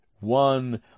one